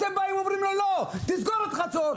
ואתם אומרים לו: לא, תסגור את חצור.